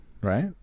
Right